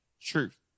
truth